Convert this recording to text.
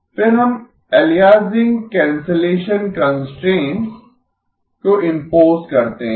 फिर हम aliasing cancellation constraints F0H1−z∧ F1−H0 −z को इम्पोस करते हैं